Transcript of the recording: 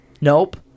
Nope